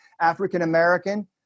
African-American